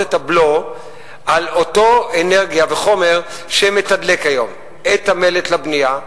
את הבלו על אותו אנרגיה וחומר שמתדלק היום את המלט לבנייה,